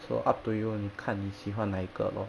so up to you 你看你喜欢哪一个咯